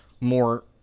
more